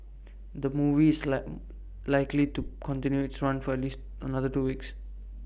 the movie is like likely to continue its run for at least another two weeks